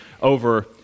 over